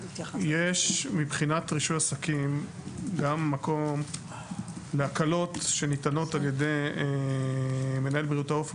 מבחינת רישוי עסקים יש מקום להקלות שניתנות על ידי מנהל בריאות העוף,